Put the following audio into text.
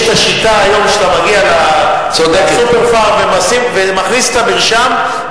יש היום שיטה שאתה מגיע ל"סופרפארם" ומכניס את המרשם,